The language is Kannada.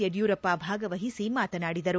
ಯಡಿಯೂರಪ್ಪ ಭಾಗವಹಿಸಿ ಮಾತನಾಡಿದರು